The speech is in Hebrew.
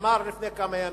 אמר לפני כמה ימים: